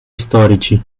storici